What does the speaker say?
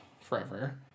forever